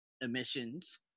emissions